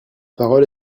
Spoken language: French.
parole